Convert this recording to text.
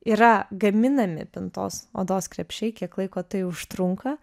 yra gaminami pintos odos krepšiai kiek laiko tai užtrunka